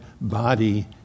body